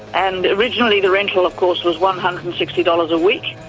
and originally the rental of course was one hundred and sixty dollars a week,